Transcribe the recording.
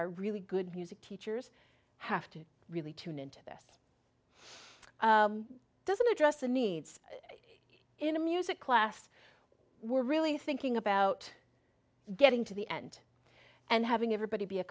our really good music teachers have to really tune into this doesn't address the needs in a music class we're really thinking about getting to the end and having everybody be a